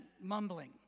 mumbling